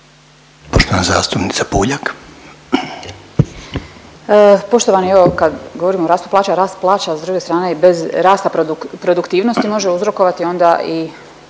**Puljak, Marijana (Centar)** Poštovani, evo kad govorimo o rastu plaća rast plaća s druge strane bez rasta produktivnosti može uzrokovati onda i